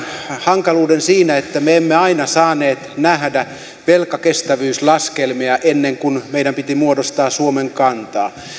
hankaluuden siinä että me emme aina saaneet nähdä velkakestävyyslaskelmia ennen kuin meidän piti muodostaa suomen kanta